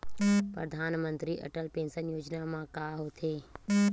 परधानमंतरी अटल पेंशन योजना मा का होथे?